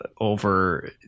over